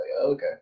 Okay